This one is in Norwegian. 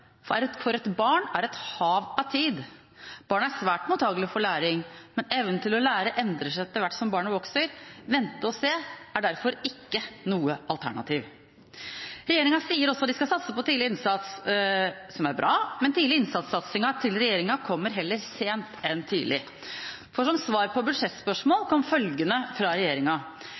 er for et barn et hav av tid. Barn er svært mottakelige for læring, men evnen til å lære endrer seg etter hvert som barnet vokser. Vente og se er derfor ikke noe alternativ. Regjeringa sier også de skal satse på tidlig innsats. Det er bra, men tidlig innsats-satsingen til regjeringa kommer heller sent enn tidlig. Som svar på budsjettspørsmål